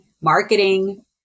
marketing